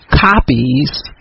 copies